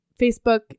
Facebook